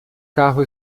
carro